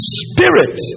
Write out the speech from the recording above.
spirit